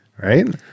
Right